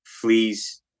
fleas